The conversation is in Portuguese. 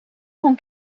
com